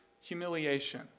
humiliation